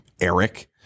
Eric